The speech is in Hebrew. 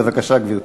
בבקשה, גברתי.